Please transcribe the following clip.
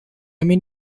mean